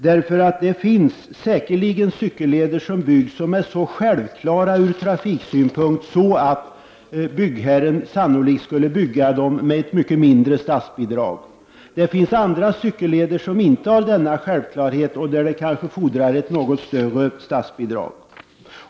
Det byggs säkerligen cykelleder som är så självklara ur trafiksynpunkt att byggherren sannolikt skulle bygga dem med ett mycket mindre statsbidrag. Det finns andra cykelleder som inte har denna självklarhet, och där kanske det fordras ett något större statsbidrag.